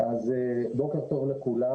בוקר טוב לכולם.